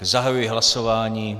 Zahajuji hlasování.